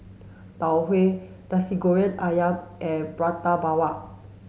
tau huay nasi goreng ayam and prata bawang